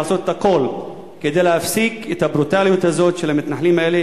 לעשות הכול כדי להפסיק את הברוטליות הזו של המתנחלים האלה